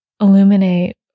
illuminate